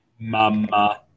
Mama